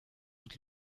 und